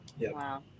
Wow